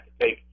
take